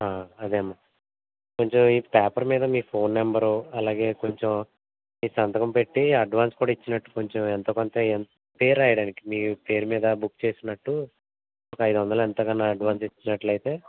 అదే అమ్మా కొంచెం ఈ ప్యాపర్ మీద మీ ఫోన్ నెంబరు అలాగే కొంచెం మీ సంతకం పెట్టి అడ్వాన్స్ కూడా ఇచ్చినట్టు కొంచెం ఎంతో కొంత ఇవ్వం పేరు రాయడానికి మీ పేరు మీద బుక్ చేసినట్టు ఒక ఐదు వందలు ఎంతో కొంత అడ్వాన్స్ ఇచ్చినట్లైతే